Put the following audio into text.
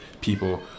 people